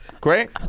Great